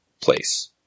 place